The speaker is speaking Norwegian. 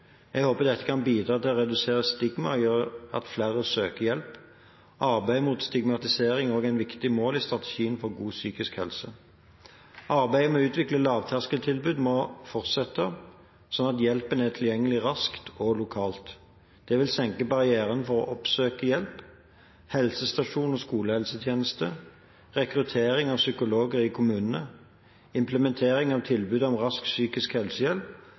Jeg håper dette kan bidra til å redusere stigma og gjøre at flere søker hjelp. Arbeid mot stigmatisering er også et viktig mål i strategien for god psykisk helse. Arbeidet med å utvikle lavterskeltilbud må fortsette, slik at hjelpen er tilgjengelig raskt og lokalt. Det vil senke barrieren for å oppsøke hjelp. Helsestasjons- og skolehelsetjenesten, rekruttering av psykologer i kommunene, implementeringen av tilbud som Rask psykisk